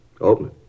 Open